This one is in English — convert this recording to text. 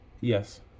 yes